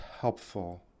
helpful